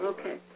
Okay